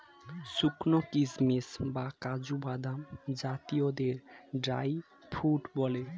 শুকানো কিশমিশ বা কাজু বাদাম জাতীয়দের ড্রাই ফ্রুট বলে